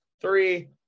Three